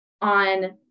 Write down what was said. on